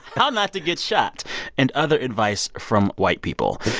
how not to get shot and other advice from white people.